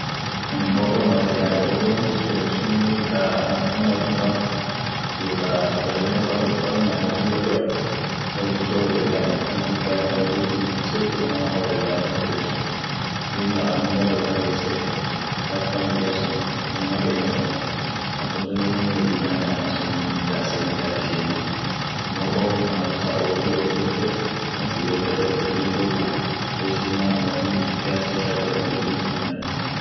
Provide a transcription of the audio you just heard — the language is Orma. anin oorum ooredai orun wonsuni taa matundaa sun kabdi iyoo ta kol nyaaten sun kabd oorum sun ooredai mal bokea kan ooru sun ufiruma bukise ooredai duum laanum gar wora sun geese gar familia sun, gar inama keena sun achum sunii wolin nyaanai midaaseni amo dursa oorumaa oru oorete wo ufura bitaatia ufira bite won nyaanoa nyaat